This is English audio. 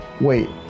wait